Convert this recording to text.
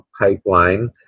pipeline